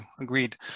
Agreed